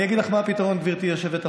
אני אגיד לך מה הפתרון, גברתי היושבת-ראש: